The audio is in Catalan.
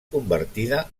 convertida